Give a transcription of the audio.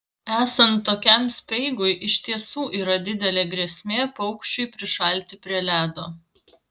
esant tokiam speigui iš tiesų yra didelė grėsmė paukščiui prišalti prie ledo